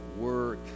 work